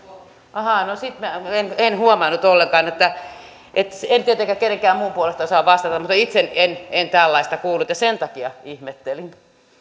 ahaa no sitten minä en en huomannut ollenkaan en tietenkään kenenkään muun puolesta osaa vastata mutta itse en en tällaista kuullut ja sen takia ihmettelin